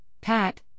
Pat